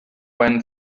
when